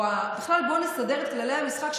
או בכלל של "בואו נסדר את כללי המשחק",